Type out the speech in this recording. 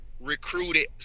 recruited